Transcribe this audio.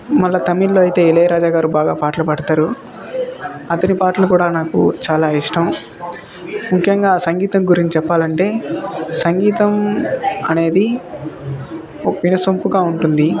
మళ్ళ తమిళ్లో అయితే ఇళయరాజా గారు బాగా పాటలు పాడతారు అతడి పాటలు కూడా నాకు చాలా ఇష్టం ముఖ్యంగా సంగీతం గురించి చెప్పాలంటే సంగీతం అనేది వినసొంపుగా ఉంటుంది